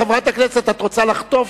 שמעתי, חברת הכנסת, את רוצה לחטוף?